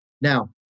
Now